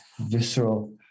visceral